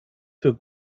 für